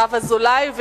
הרב אזולאי,